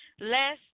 last